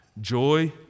Joy